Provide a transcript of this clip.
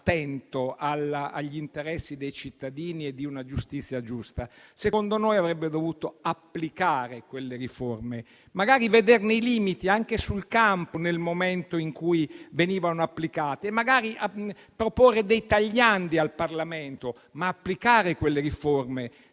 attento agli interessi dei cittadini e di una giustizia giusta? Secondo noi, avrebbe dovuto applicare quelle riforme, magari vederne i limiti anche sul campo, nel momento in cui venivano applicate, e magari proporre dei tagliandi al Parlamento, ma applicarle,